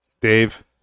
Dave